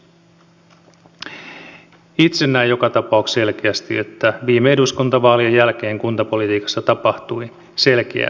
itse näen joka tapauksessa selkeästi että viime eduskuntavaalien jälkeen kuntapolitiikassa tapahtui selkeä käänne